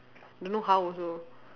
don't know how also